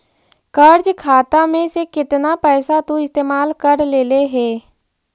कर्ज खाता में से केतना पैसा तु इस्तेमाल कर लेले हे